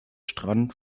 strand